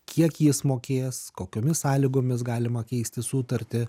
kiek jis mokėjęs kokiomis sąlygomis galima keisti sutartį